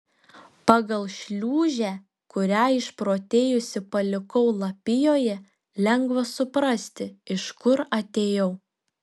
pagal šliūžę kurią išprotėjusi palikau lapijoje lengva suprasti iš kur atėjau